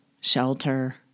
shelter